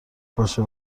باشه